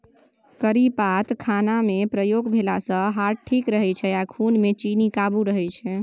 करी पात खानामे प्रयोग भेलासँ हार्ट ठीक रहै छै आ खुनमे चीन्नी काबू रहय छै